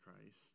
Christ